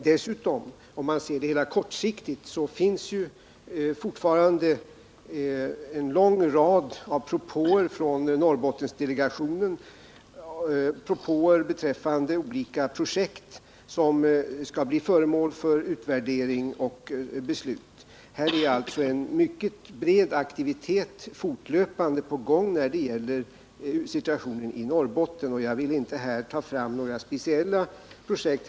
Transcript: Dessutom - om man ser det hela kortsiktigt — finns det ju fortfarande en lång rad propåer från Norrbotten delegationen beträffande olika projekt, som kommer att bli föremål för utvärdering och beslut. Det är alltså fortlöpande en mycket bred aktivitet när det gäller situationen i Norrbotten, och jag vill inte här ta fram några speciella projekt.